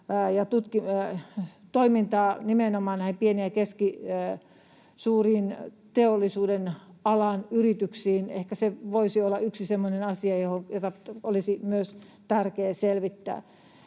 näitä pieniä ja keskisuuria teollisuuden alan yrityksiä. Ehkä se voisi olla yksi semmoinen asia, jota olisi myös tärkeää selvittää.